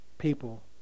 people